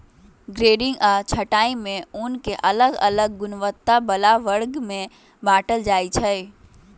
grading आऽ छँटाई में ऊन के अलग अलग गुणवत्ता बला वर्ग में बाटल जाइ छइ